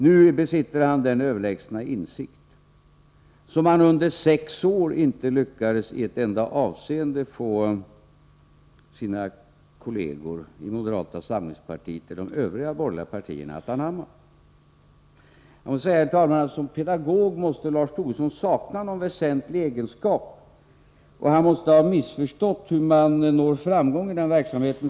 Nu besitter han den överlägsna insikt som han under sex år inte i något enda avseende lyckades få sina kollegor i moderata samlingspartiet och i de övriga borgerliga partierna att anamma. Jag måste säga, herr talman, att som pedagog måste Lars Tobisson sakna någon väsentlig egenskap, och han måste ha missförstått hur man når framgång i den verksamheten.